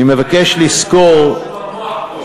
אני מבקש לזכור, בראש או במוח פה?